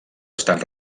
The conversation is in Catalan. estan